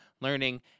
learning